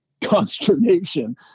consternation